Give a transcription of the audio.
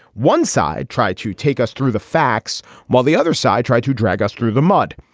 one side tried to take us through the facts while the other side tried to drag us through the mud.